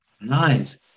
Nice